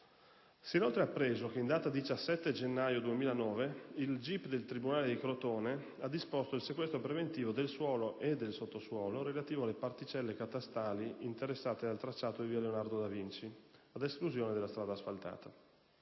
inoltre che, in data 17 gennaio 2009, il Gip del tribunale di Crotone ha disposto il sequestro preventivo del suolo e del sottosuolo relativo alle particelle catastali interessate dal tracciato di via Leonardo da Vinci, ad esclusione della strada asfaltata.